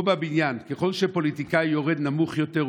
פה בבניין ככל שפוליטיקאי יורד נמוך יותר,